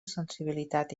sensibilitat